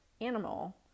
animal